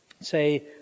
say